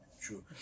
true